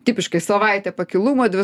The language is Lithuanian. tipiškai savaitė pakilumo dvi